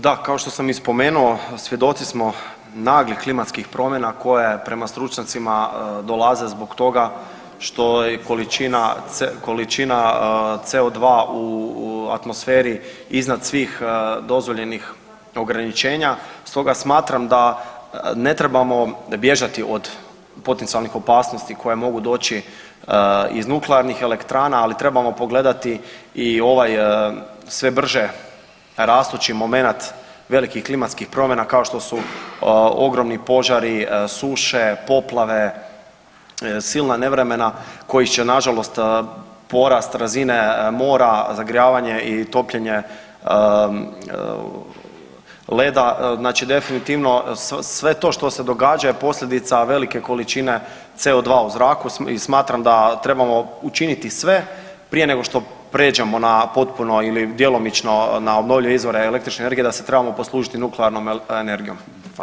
Da, kao što sam i spomenuo svjedoci smo naglih klimatskih promjena koje prema stručnjacima dolaze zbog toga što i količina, količina CO2 u atmosferi iznad svih dozvoljenih ograničenja stoga smatram da ne trebamo bježati od potencijalnih opasnosti koje mogu doći iz nuklearnih elektrana ali trebamo pogledati i ovaj sve brže rastući momenat velikih klimatskih promjena kao što su ogromni požari, suše, poplave, silna nevremena koji će nažalost porast razine mora, zagrijavanje i topljenje leda, znači definitivno sve to što se događa je posljedica velike količine CO2 u zraku i smatram da trebamo učiniti sve prije nego što pređeno na potpuno ili djelomično na obnovljive izvore električne energije, da se trebamo poslužiti nuklearnom energijom.